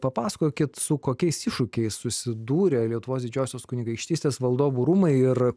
papasakokit su kokiais iššūkiais susidūrė lietuvos didžiosios kunigaikštystės valdovų rūmai ir